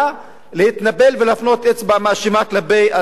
להתנפל ולהפנות אצבע מאשימה כלפי הציבור הערבי.